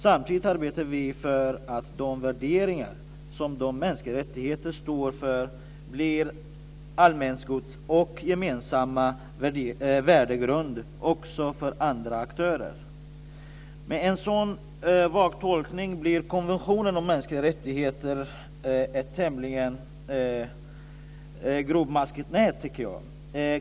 Samtidigt arbetar vi för att de värderingar som de mänskliga rättigheterna står för blir allmängods och en gemensam värdegrund också för andra aktörer. Med en så vag tolkning bli konventionen om mänskliga rättigheter ett tämligen grovmaskigt nät, tycker jag.